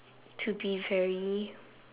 to be very